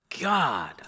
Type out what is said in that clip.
God